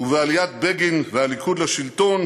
ובעליית בגין והליכוד לשלטון